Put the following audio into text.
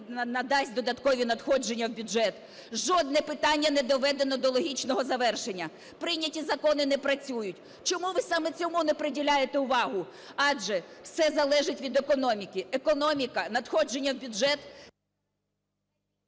надасть додаткові надходження в бюджет. Жодне питання не доведено до логічного завершення. Прийняті закони не працюють. Чому ви саме цьому не приділяєте увагу? Адже все залежить від економіки. Економіка, надходження в бюджет...